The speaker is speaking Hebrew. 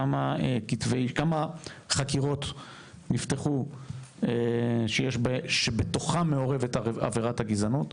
כמה חקירות נפתחו שבתוכן מעורבת עבירת הגזענות?